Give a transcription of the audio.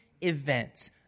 events